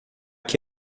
que